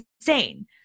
insane